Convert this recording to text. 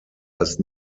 als